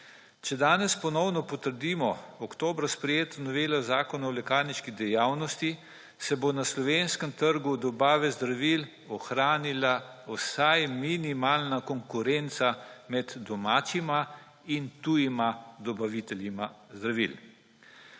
Če danes ponovno potrdimo oktobra sprejeto novelo Zakona o lekarniški dejavnosti, se bo na slovenskem trgu dobave zdravil ohranila vsaj minimalna konkurenca med domačima in tujima dobaviteljema zdravil.